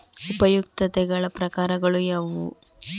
ಉಪಯುಕ್ತತೆಗಳ ಪ್ರಕಾರಗಳು ಯಾವುವು?